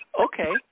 okay